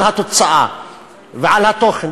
על התוצאה ועל התוכן.